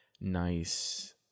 nice